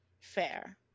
fair